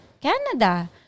Canada